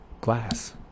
glass